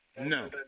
No